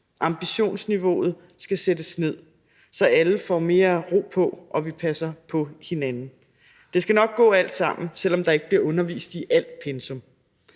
Ambitionsniveauet skal sættes ned, så alle får mere ro på og vi passer på hinanden. Det skal nok gå alt sammen, selv om der ikke bliver undervist i alt pensum.